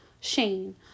Shane